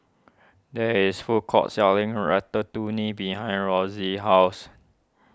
there is food court selling Ratatouille behind Rosey's house